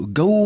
go